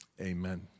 amen